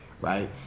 right